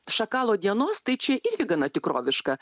šakalo dienos tai čia irgi gana tikroviška